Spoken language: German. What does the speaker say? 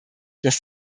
dass